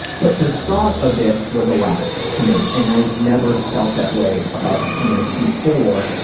but the thought of it was erotic to me, and i had never felt that way about a penis before.